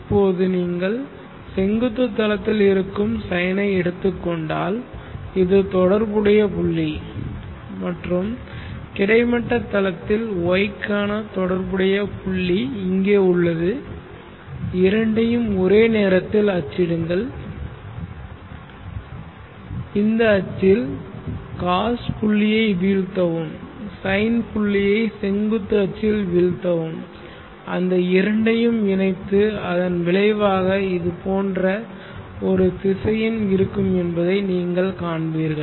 இப்போது நீங்கள் செங்குத்து தளத்தில் இருக்கும் சைனை எடுத்துக் கொண்டால் இது தொடர்புடைய புள்ளி மற்றும் கிடைமட்ட தளத்தில் Y க்கான தொடர்புடைய புள்ளி இங்கே உள்ளது இரண்டையும் ஒரே நேரத்தில் அச்சிடுங்கள் இந்த அச்சில் காஸ் புள்ளியை வீழ்த்தவும் சைன் புள்ளியை செங்குத்து அச்சில் வீழ்த்தவும் அந்த இரண்டையும் இணைத்து அதன் விளைவாக இது போன்ற ஒரு திசையன் இருக்கும் என்பதை நீங்கள் காண்பீர்கள்